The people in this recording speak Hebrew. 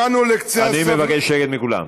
אני מבקש מכולם.